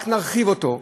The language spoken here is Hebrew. רק נרחיב אותו.